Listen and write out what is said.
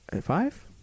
five